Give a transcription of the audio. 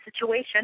situation